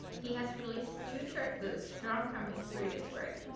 he has released two short books drawing from his previous work,